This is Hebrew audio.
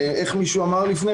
איך מישהו אמר קודם